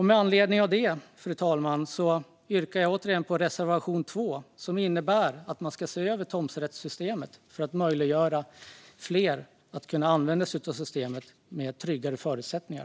Med anledning av detta, fru talman, yrkar jag återigen bifall till reservation 2, som innebär att man ska se över tomträttssystemet för att möjliggöra för fler att använda sig av systemet med tryggare förutsättningar.